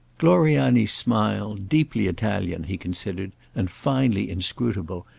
gloriani's smile, deeply italian, he considered, and finely inscrutable,